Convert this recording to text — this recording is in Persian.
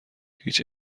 هیچ